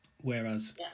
Whereas